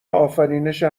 آفرینش